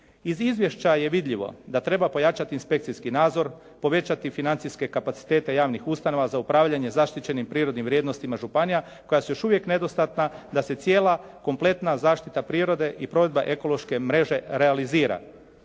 Iz izvješća je vidljivo da treba pojačati inspekcijski nadzor, povećati financijske kapacitete javnih ustanova za upravljanje zaštićenim prirodnim vrijednostima županija koja su još uvijek nedostatna da se cijela kompletna zaštita prirode i provedba ekološke mreže realizira.